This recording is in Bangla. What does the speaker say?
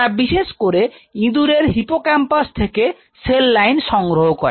তারা বিশেষ করে ইঁদুরের হিপোক্যাম্পাস থেকে সেল লাইন সংগ্রহ করে